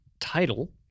title